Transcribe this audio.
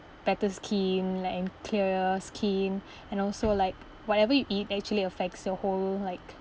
better skin like and clearer skin and also like whatever you eat actually affects your whole like